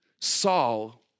Saul